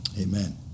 Amen